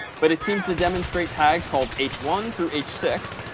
but it seems to demonstrate tags called h one through h six,